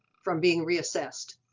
from being reassessed.